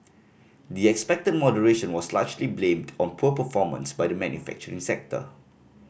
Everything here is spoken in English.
the expected moderation was largely blamed on poor performance by the manufacturing sector